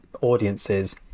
audiences